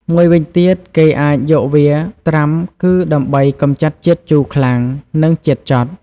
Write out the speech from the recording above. មួយវិញទៀតគេអាចយកវាត្រាំគឺដើម្បី កម្ចាត់ជាតិជូរខ្លាំង និងជាតិចត់។